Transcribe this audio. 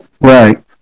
Right